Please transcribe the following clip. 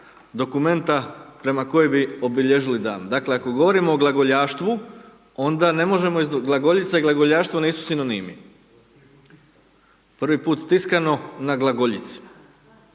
dokumenta prema kojem bi obilježili dan. Dakle, ako govorimo o glagoljaštvu onda ne možemo, glagoljica i glagoljaštvo nisu sinonimi, prvi put tiskano na glagoljici,